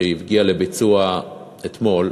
שהגיע לביצוע אתמול,